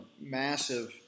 massive